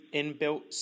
inbuilt